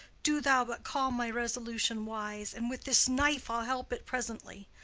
do thou but call my resolution wise and with this knife i'll help it presently.